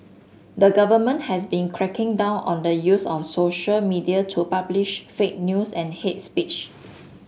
the government has been cracking down on the use of social media to publish fake news and hate speech